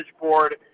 board